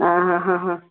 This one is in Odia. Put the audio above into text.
ହଁ ହଁ ହ ହ